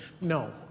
No